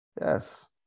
yes